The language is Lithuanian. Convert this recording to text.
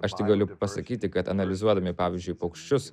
aš tik galiu pasakyti kad analizuodami pavyzdžiui paukščius